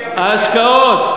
ההשקעות,